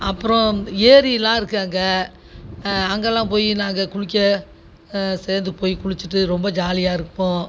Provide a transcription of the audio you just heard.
அப்புறம் ஏரிலாம் இருக்கு அங்கே அங்கலாம் போய் நாங்கள் குளிக்க சேர்ந்து போய் குளிச்சிட்டு ரொம்ப ஜாலியாக இருப்போம்